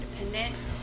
independent